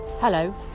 Hello